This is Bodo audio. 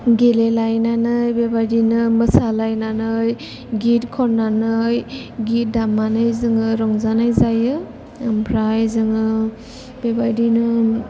गेलेलायनानै बेबायदिनो गेलेलायनानै बेबायदिनो मोसालायनानै गित खननानै गित दामनानै जों रंजानाय जायो ओमफ्राय जोङो बेबायदिनो